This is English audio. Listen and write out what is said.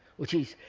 which is,